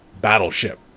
Battleship